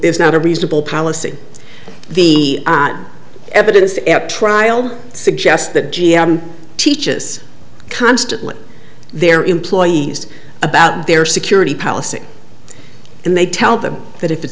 it's not a reasonable policy the evidence at trial suggests that g m teaches constantly their employees about their security policy and they tell them that if